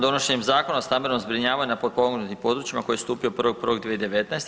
Donošenjem Zakona o stambenom zbrinjavanju na potpomognutim područjima koji je stupio 1.1.2019.